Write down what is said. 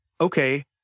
okay